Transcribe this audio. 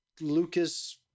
Lucas